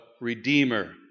Redeemer